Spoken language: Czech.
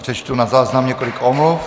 Přečtu na záznam několik omluv.